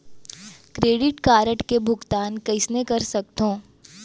Credit card के भुगतान कइसने कर सकथो?